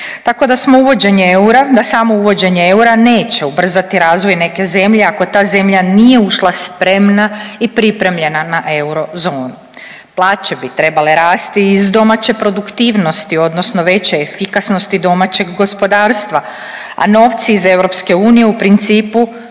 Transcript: eura, da samo uvođenje eura neće ubrzati razvoj neke zemlje ako ta zemlja nije ušla spremna i pripremljena na eurozonu. Plaće bi trebale rasti iz domaće produktivnosti odnosno veće efikasnosti domaćeg gospodarstva, a novci iz EU u principu